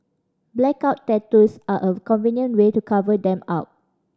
blackout tattoos are a convenient way to cover them up